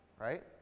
right